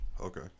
Okay